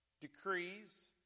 decrees